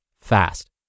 fast